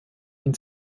ihn